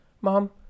mom